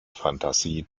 phantasie